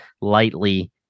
lightly